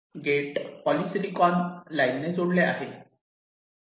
gate polysilicon लाईनने जोडले आहे